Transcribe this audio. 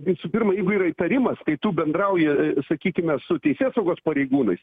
visų pirma jeigu yra įtarimas kai tu bendrauji sakykime su teisėsaugos pareigūnais